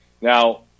Now